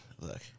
look